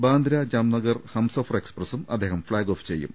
ബാന്ദ്ര ജാംനഗർ ഹംസഫർ എക്സ്പ്രസും അദ്ദേഹം flag off ചെയ്യും